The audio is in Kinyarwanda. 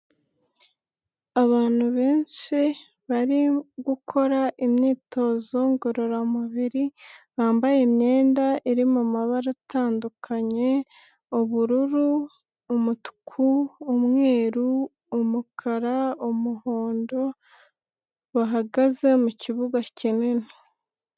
Abantu benshi, bari gukora imyitozo ngororamubiri, bambaye imyenda iri mu mabara atandukanye, ubururu, umutuku, umweru, umukara, umuhondo, bahagaze mu kibuga kinini.